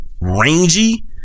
rangy